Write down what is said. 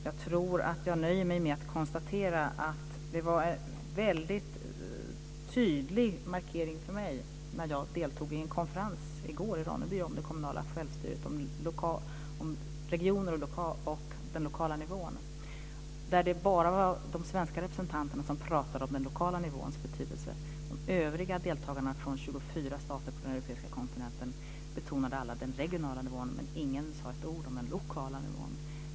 Jag tror att jag nöjer mig med att konstatera att det var en väldigt tydlig markering för mig när jag i går deltog i en konferens i Ronneby om det kommunala självstyret, regioner och den lokala nivån när det var bara de svenska representanterna som pratade om den lokala nivåns betydelse. De övriga deltagarna från 24 stater på den europeiska kontinenten betonade alla den regionala nivån, men ingen sade ett ord om den lokala nivån.